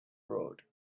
road